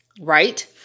right